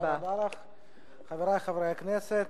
חברי חברי הכנסת,